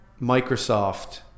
Microsoft